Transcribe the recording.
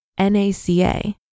NACA